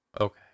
okay